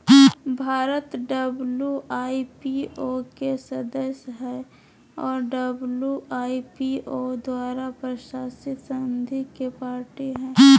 Bharat WIPO के सदस्य हइ और डब्ल्यू.आई.पी.ओ द्वारा प्रशासित संधि के पार्टी हइ